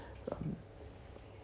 um